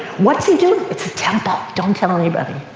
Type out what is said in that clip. what's he do? it's a temple. don't tell anybody.